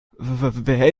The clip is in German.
wer